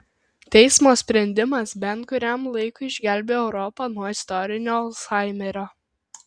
teismo sprendimas bent kuriam laikui išgelbėjo europą nuo istorinio alzhaimerio